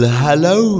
hello